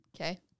Okay